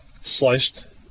sliced